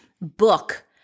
book